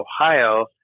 Ohio